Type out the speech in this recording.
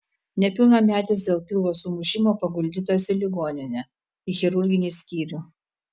nepilnametis dėl pilvo sumušimo paguldytas į ligoninę į chirurginį skyrių